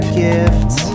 gifts